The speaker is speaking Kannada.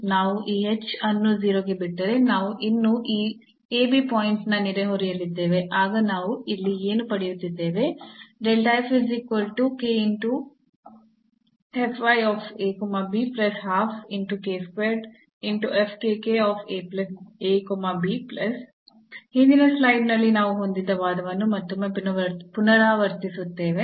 ನಾವು ಈ h ಅನ್ನು 0 ಗೆ ಬಿಟ್ಟರೆ ನಾವು ಇನ್ನೂ ಈ ಪಾಯಿಂಟ್ನ ನೆರೆಹೊರೆಯಲ್ಲಿದ್ದೇವೆ ಆಗ ನಾವು ಇಲ್ಲಿ ಏನು ಪಡೆಯುತ್ತಿದ್ದೇವೆ ಹಿಂದಿನ ಸ್ಲೈಡ್ನಲ್ಲಿ ನಾವು ಹೊಂದಿದ್ದ ವಾದವನ್ನು ಮತ್ತೊಮ್ಮೆ ಪುನರಾವರ್ತಿಸುತ್ತೇನೆ